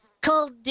called